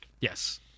Yes